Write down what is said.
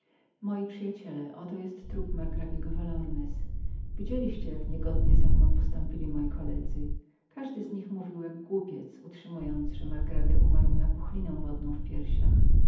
moi przyjaciele oto jest trup margrabiego valornez widzieliście jak zemną postąpili niegodni moi koledzy z tem wszystkiem każdy z nich mówił jak głupiec utrzymując że margrabia umarł na puchlinę wodną w piersiach